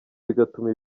bigatuma